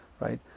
right